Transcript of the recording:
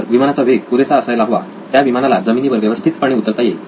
तर विमानाचा वेग पुरेसा असायला हवा त्या विमानाला जमिनीवर व्यवस्थितपणे उतरता येईल